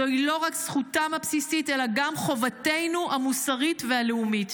זוהי לא רק זכותם הבסיסית אלא גם חובתנו המוסרית והלאומית.